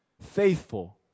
faithful